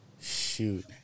shoot